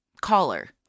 Caller